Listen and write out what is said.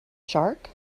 shark